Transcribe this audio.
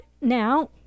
now